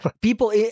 People